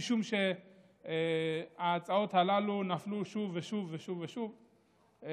משום שההצעות הללו נפלו שוב ושוב ושוב ושוב בעבר.